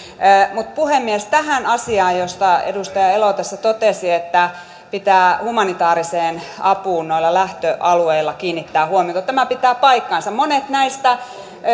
mutta puhemies tähän asiaan josta edustaja elo tässä totesi että pitää humanitaariseen apuun noilla lähtöalueilla kiinnittää huomiota tämä pitää paikkansa monet näistä